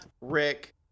Rick